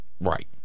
Right